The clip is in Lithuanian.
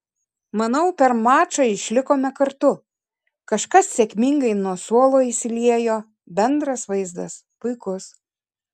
manau per mačą išlikome kartu kažkas sėkmingai nuo suolo įsiliejo bendras vaizdas puikus